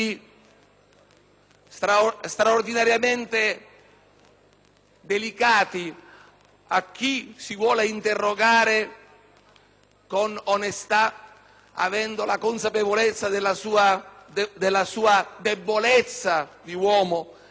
delicati a chi si vuole interrogare con onestà e con la consapevolezza della sua debolezza di uomo e non come assertore di princìpi assoluti